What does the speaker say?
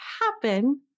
happen